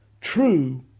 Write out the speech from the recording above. True